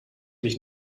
mich